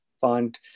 find